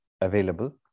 available